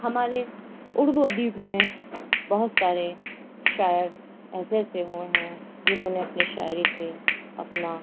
ہمارے اردو ادیب میں بہت سارے شاعر ایسے ایسے ہوئے ہیں جنہوں نے اپنی شاعری سے اپنا